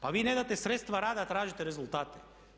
Pa vi ne date sredstva rada, tražite rezultate.